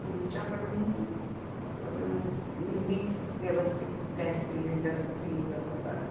तुमच्याकडून नेहमीच व्यवस्थित गॅस सिलेंडर डिलिवर होतात